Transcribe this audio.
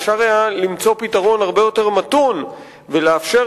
אפשר היה למצוא פתרון הרבה יותר מתון ולאפשר,